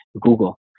Google